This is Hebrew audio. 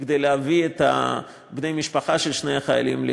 כדי להביא את בני המשפחה של שני החיילים לכאן,